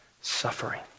suffering